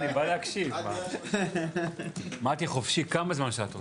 מטי, חופשי, כמה זמן שאת רוצה.